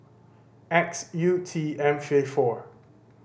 X U T M five four